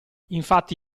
infatti